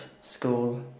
school